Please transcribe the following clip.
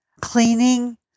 cleaning